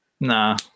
Nah